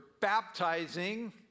baptizing